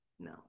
no